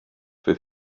fydd